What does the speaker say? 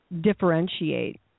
differentiate